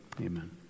Amen